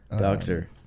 doctor